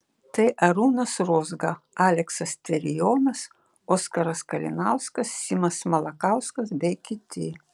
tai arūnas rozga aleksas tverijonas oskaras kalinauskas simas malakauskas bei kiti